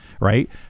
right